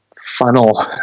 funnel